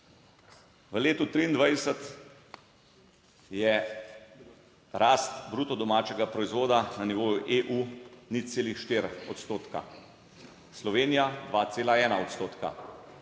V letu 2023 je rast bruto domačega proizvoda na nivoju EU 0,4 odstotka, Slovenija 2,1 odstotka,